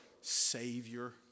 savior